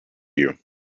you